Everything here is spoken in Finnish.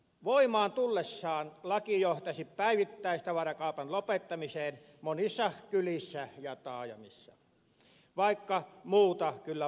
voimaan tullessaan laki johtaisi päivittäistavarakaupan lopettamiseen monissa kylissä ja taajamissa vaikka muuta kyllä vakuutellaan